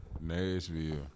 Nashville